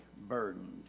burdened